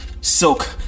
Silk